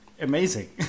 Amazing